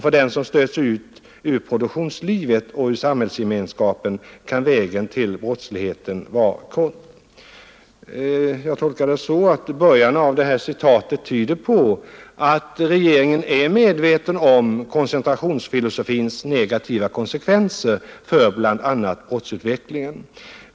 För dem som stöts ut ur produktionslivet och ur samhällsgemensskapen kan vägen till brottslighet vara kort.” Jag tolkar det så att början av detta citat tyder på att regeringen är medveten om koncentrationsfilosofins negativa konsekvenser för bl.a. brottsutvecklingen.